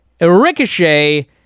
Ricochet